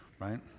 Right